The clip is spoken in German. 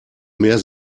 mehr